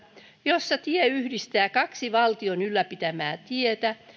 jossa tie yhdistää kaksi valtion ylläpitämää tietä